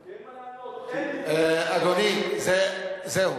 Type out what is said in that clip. כי אין מה לענות, אדוני, זהו.